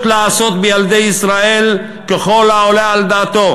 לעשות בילדי ישראל ככל העולה על דעתו,